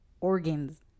organs